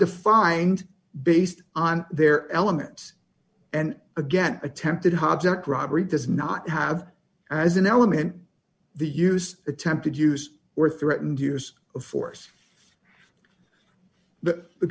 defined based on their elements and again attempted hadzic robbery does not have as an element the use attempted use or threatened use of force but the